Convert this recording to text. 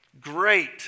Great